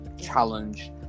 challenge